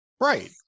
right